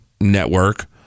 network